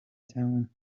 town